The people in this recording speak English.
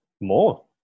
more